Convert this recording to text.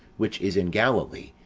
which is in galilee,